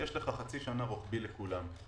יש לך חצי שנה רוחבית לכולם.